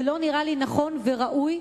זה לא נראה לי נכון וראוי,